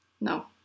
No